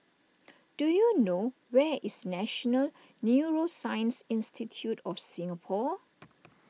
do you know where is National Neuroscience Institute of Singapore